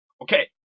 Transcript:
Okay